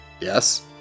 Yes